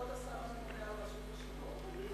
צריך להיות השר לענייני רשות השידור?